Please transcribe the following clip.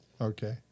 Okay